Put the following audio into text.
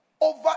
over